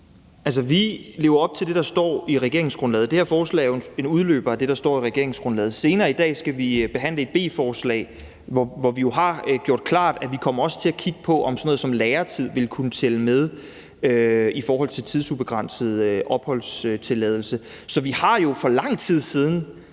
(S): Vi lever op til det, der står i regeringsgrundlaget. Det her forslag er jo en udløber af det, der står i regeringsgrundlaget. Senere i dag skal vi behandle et B-forslag, hvor vi jo har gjort klart, at vi også kommer til at kigge på, om læretid vil kunne tælle med i forhold til tidsubegrænset opholdstilladelse. Så jeg vil bare sige til Liberal